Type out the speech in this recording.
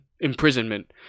imprisonment